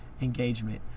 engagement